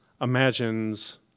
imagines